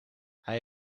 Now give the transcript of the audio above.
hij